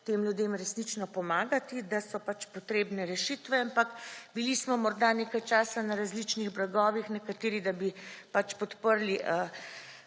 tem ljudem resnično pomagati, da so potrebne rešitve, ampak, bili smo morda nekaj časa na različnih bregovih nekateri, da bi podprli